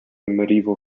medieval